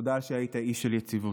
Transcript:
תודה על שהיית אי של יציבות,